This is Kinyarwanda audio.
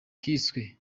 kiswe